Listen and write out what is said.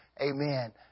Amen